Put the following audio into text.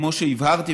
כמו שהבהרתי,